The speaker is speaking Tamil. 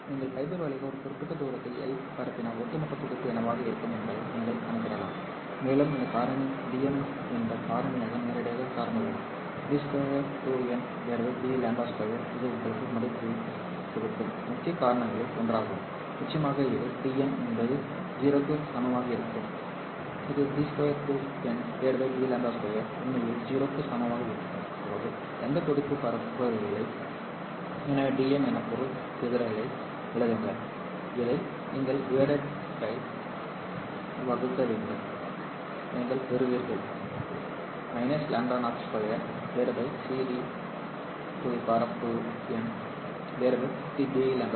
நீங்கள் ஃபைபர் வழியாக ஒரு குறிப்பிட்ட தூரத்தை L பரப்பினால் ஒட்டுமொத்த துடிப்பு என்னவாக இருக்கும் என்பதை நீங்கள் கணக்கிடலாம் மேலும் அந்த காரணி Dm இந்த காரணியை நேரடியாக சார்ந்துள்ளது d 2n dλ 2 இது உங்களுக்கு மதிப்பைக் கொடுக்கும் முக்கிய காரணிகளில் ஒன்றாகும் நிச்சயமாக இது Dm என்பது 0 க்கு சமமாக இருக்கும் இது d 2n dλ 2 உண்மையில் 0 க்கு சமமாக இருக்கும் போது எந்த துடிப்பு பரவுவதில்லை எனவே Dm என்ன பொருள் சிதறலை எழுதுங்கள் இதை நீங்கள் divided l ஆல் வகுக்க வேண்டும் நீங்கள் பெறுகிறீர்கள் λ02 c d2n dλ2